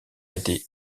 été